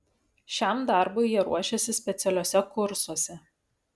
šiam darbui jie ruošiasi specialiuose kursuose